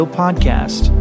podcast